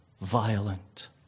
violent